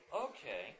Okay